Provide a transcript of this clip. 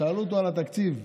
שאלו אותו על התקציב,